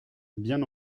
bien